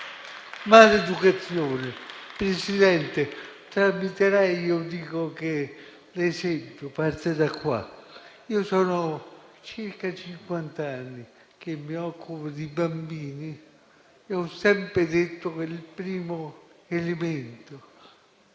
Signor Presidente, tramite lei, dico che l'esempio parte da qua. Io sono circa cinquant'anni che mi occupo di bambini e ho sempre detto che il primo elemento